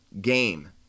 game